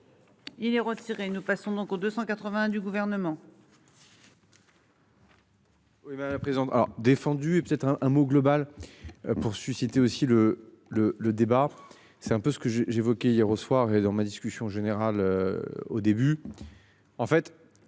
Il est retiré. Nous passons donc aux 281 du gouvernement.